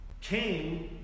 came